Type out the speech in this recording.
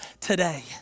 today